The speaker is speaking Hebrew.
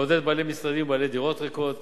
לעודד בעלי משרדים ובעלי דירות ריקות